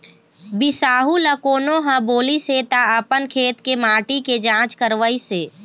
बिसाहू ल कोनो ह बोलिस हे त अपन खेत के माटी के जाँच करवइस हे